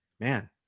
man